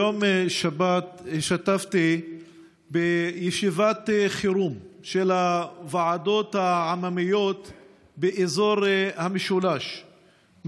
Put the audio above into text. ביום שבת השתתפתי בישיבת חירום של הוועדות העממיות באזור המשולש,